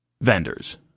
vendors